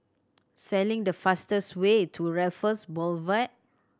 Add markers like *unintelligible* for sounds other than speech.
*unintelligible* the fastest way to Raffles Boulevard